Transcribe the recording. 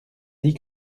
dit